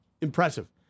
impressive